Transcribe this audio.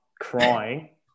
crying